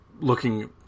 looking